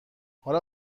حالا